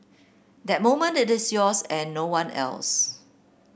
that moment it is yours and no one else